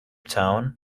tone